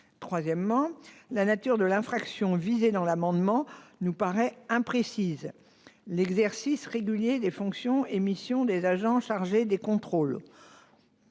outre, la nature de l'infraction visée dans l'amendement nous paraît imprécise :« l'exercice régulier des fonctions et missions des agents chargés des contrôles